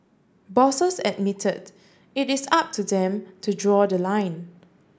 bosses admitted it is up to them to draw the line